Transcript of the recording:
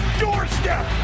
doorstep